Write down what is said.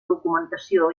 documentació